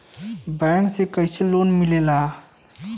Bank से कइसे loan मिलेला?